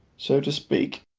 so to speak,